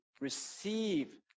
receive